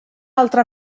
altra